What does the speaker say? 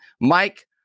Mike